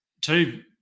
Two